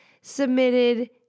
submitted